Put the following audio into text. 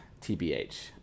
TBH